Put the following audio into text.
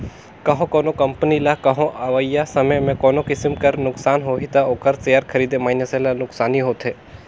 कहों कोनो कंपनी ल कहों अवइया समे में कोनो किसिम कर नोसकान होही ता ओकर सेयर खरीदे मइनसे ल नोसकानी होथे